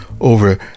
over